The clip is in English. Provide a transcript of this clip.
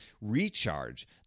recharge